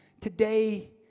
today